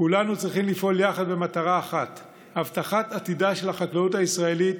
כולנו צריכים לפעול יחד במטרה אחת: הבטחת עתידה של החקלאות הישראלית